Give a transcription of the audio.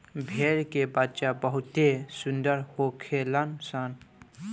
भेड़ के बच्चा बहुते सुंदर होखेल सन